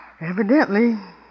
Evidently